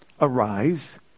Arise